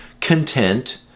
content